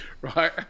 right